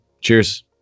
cheers